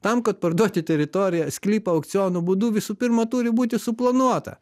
tam kad parduoti teritoriją ar sklypą aukciono būdu visų pirma turi būti suplanuota